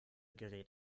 gerät